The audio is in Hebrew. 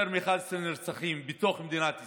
יותר מ-11 נרצחים בתוך מדינת ישראל.